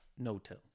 No-till